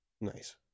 nice